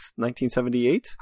1978